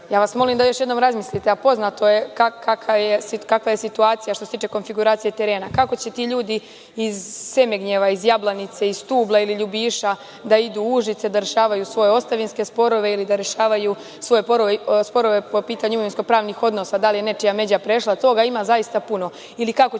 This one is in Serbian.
vas da još jednom razmislite. Poznato je kakva je situacija, što se tiče konfiguracije terena. Kako će ti ljudi iz Semegnjeva, iz Labjanice, iz Stubla ili Ljubiša da idu u Užice, da rešavaju svoje ostavinske sporove ili da rešavaju sporove po pitanju imovinsko-pravnih odnosa, da li je nečija međa prešla. Toga zaista ima puno.